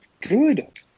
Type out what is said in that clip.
Good